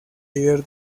líder